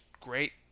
great